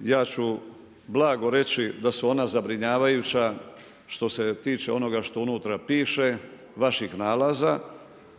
ja ću blago reći da su ona zabrinjavajuća što se tiče onoga što unutra piše, vaših nalaza